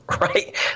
right